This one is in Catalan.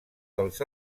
dels